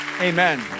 amen